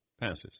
Passes